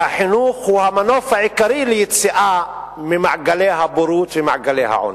שהחינוך הוא המנוף העיקרי ליציאה ממעגלי הבורות ומעגלי העוני.